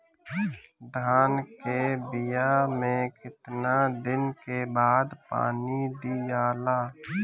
धान के बिया मे कितना दिन के बाद पानी दियाला?